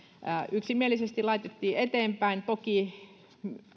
yksimielisesti laitettiin eteenpäin toki